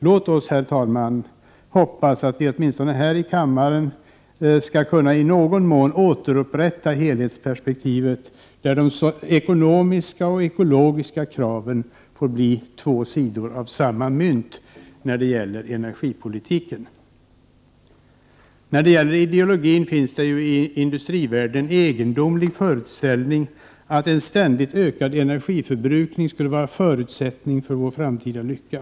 Låt oss, herr talman, hoppas att vi åtminstone här i kammaren i någon mån skall kunna återupprätta helhetsperspektivet, så att de ekonomiska och ekologiska kraven när det gäller energipolitiken blir två sidor av samma mynt. Det finns i industrivärlden en egendomlig föreställning om att en ständigt ökad energiförbrukning skulle vara en förutsättning för vår framtida lycka.